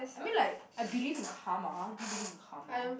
I mean like I believe in karma do you believe in karma